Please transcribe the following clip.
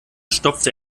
stopfte